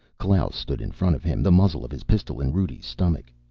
klaus stood in front of him, the muzzle of his pistol in rudi's stomach.